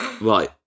Right